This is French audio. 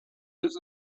deux